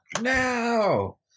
Now